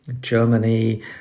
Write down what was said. Germany